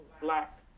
black